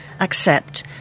accept